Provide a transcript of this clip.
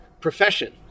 Profession